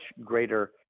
greater